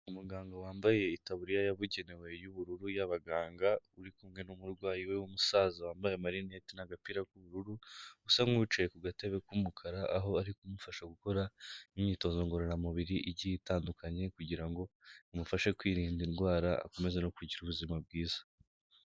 Umuganga wambaye itaburiya yabugenewe y'ubururu y'abaganga, uri kumwe n'umurwayi we w'umusaza wambaye amarinete n'agapira k'ubururu, usa nk'uwicaye ku gatebe k'umukara, aho ari kumufasha gukora imyitozo ngororamubiri igiye itandukanye, kugira ngo bimufashe kwirinda indwara, akomeze no kugira ubuzima bwiza.